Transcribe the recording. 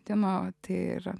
tema tai yra